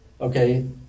Okay